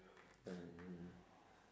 mm